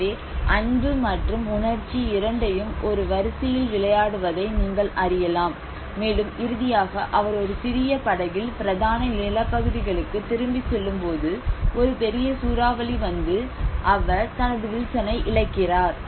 எனவே அன்பு மற்றும் உணர்ச்சி இரண்டையும் ஒரு வரிசையில் விளையாடுவதை நீங்கள் அறியலாம் மேலும் இறுதியாக அவர் ஒரு சிறிய படகில் பிரதான நிலப்பகுதிகளுக்கு திரும்பிச் செல்லும்போது ஒரு பெரிய சூறாவளி வந்து அவர் தனது வில்சனை இழக்கிறார்